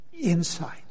inside